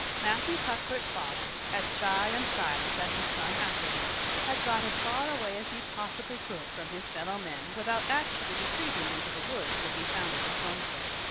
matthew cuthbert's father, as shy and silent as his son after him, had got as far away as he possibly could from his fellow men without actually retreating into the woods when he founded his homestead.